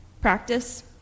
practice